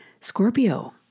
Scorpio